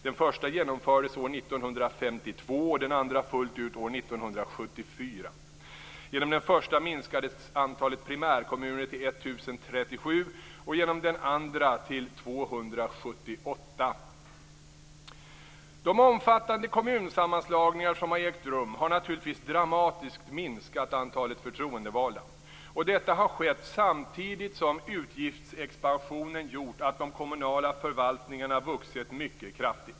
Den första genomfördes år 1952 och den andra fullt ut år 1974. De omfattande kommunsammanslagningar som har ägt rum har naturligtvis dramatiskt minskat antalet förtroendevalda. Detta har skett samtidigt som utgiftsexpansionen gjort att de kommunala förvaltningarna vuxit mycket kraftigt.